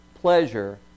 pleasure